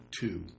two